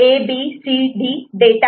STROBE" Y15 ABCD